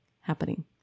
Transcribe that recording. happening